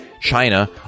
China